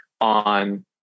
on